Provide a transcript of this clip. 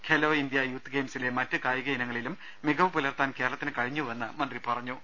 Khelo India youth ഗെയിംസിലെ മറ്റു കായിക ഇനങ്ങളിലും മികവു പുലർത്താൻ കേരളത്തിന് കഴിഞ്ഞുവെന്ന് മന്ത്രി പറഞ്ഞു